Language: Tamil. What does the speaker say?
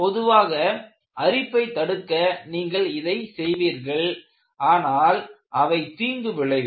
பொதுவாக அரிப்பைத் தடுக்க நீங்கள் இதைச் செய்வீர்கள் ஆனால் அவை தீங்கு விளைவிக்கும்